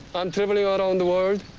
i'm traveling around the world